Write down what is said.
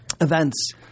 events